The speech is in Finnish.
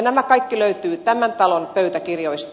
nämä kaikki löytyvät tämän talon pöytäkirjoista